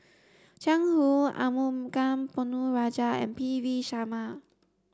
Jiang Hu Arumugam Ponnu Rajah and P V Sharma